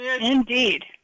indeed